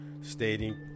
stating